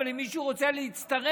אבל אם מישהו רוצה להצטרף,